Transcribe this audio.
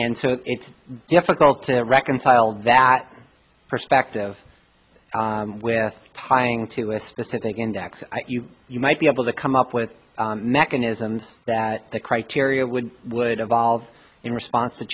and so it's difficult to reconcile that perspective with tying to a specific index you might be able to come up with mechanisms that the criteria would would evolve in response to